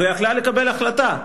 והיתה יכולה לקבל החלטה.